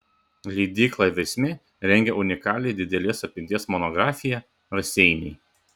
leidykla versmė rengia unikalią didelės apimties monografiją raseiniai